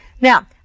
Now